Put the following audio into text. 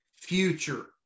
future